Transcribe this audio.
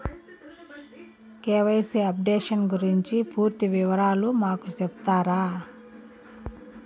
KYC updation గురించి పూర్తి వివరాలు మాకు సెప్తారా?